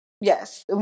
yes